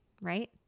Right